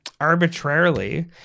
arbitrarily